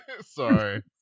Sorry